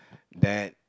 that